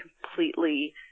completely